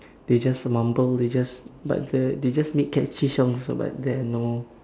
they just mumble they just but the they just make catchy songs ah but there're no